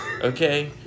Okay